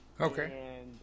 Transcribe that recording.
Okay